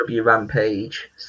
Rampage